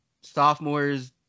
sophomores